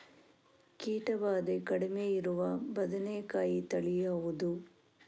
ಕೀಟ ಭಾದೆ ಕಡಿಮೆ ಇರುವ ಬದನೆಕಾಯಿ ತಳಿ ಯಾವುದು?